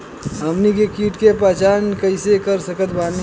हमनी के कीट के पहचान कइसे कर सकत बानी?